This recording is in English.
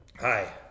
Hi